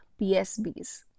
PSBs